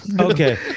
Okay